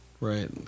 Right